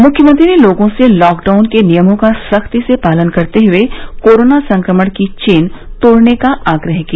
मुख्यमंत्री ने लोगों से लॉकडाउन के नियमों का सख्ती से पालन करते हुए कोरोना संक्रमण की चेन तोड़ने का आग्रह किया